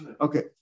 Okay